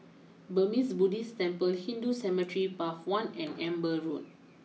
Burmese Buddhist Temple Hindu Cemetery Path one and Amber Road